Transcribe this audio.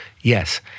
Yes